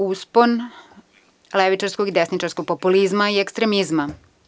Uspon levičarskog i desničarskog populizma i ekstremizma.